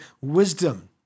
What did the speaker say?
Wisdom